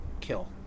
kill